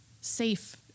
safe